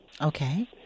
Okay